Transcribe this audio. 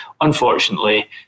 unfortunately